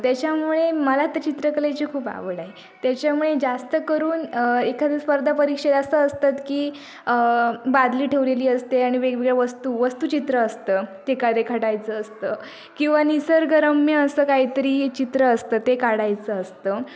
त्याच्यामुळे मला तर चित्रकलेची खूप आवड आहे त्याच्यामुळे जास्त करून एखाद्या स्पर्धा परीक्षेत असं असतं की बादली ठेवलेली असते आणि वेगवेगळ्या वस्तू वस्तूचित्र असतं ते का रेखाटायचं असतं किंवा निसर्गरम्य असं काहीतरी चित्र असतं ते काढायचं असतं